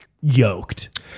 yoked